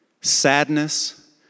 sadness